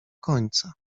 końca